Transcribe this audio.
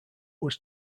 was